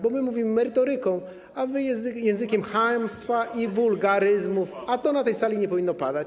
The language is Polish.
Bo my mówimy merytoryką, a wy językiem chamstwa i wulgaryzmów, a to na tej sali nie powinno mieć miejsca.